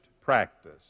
practice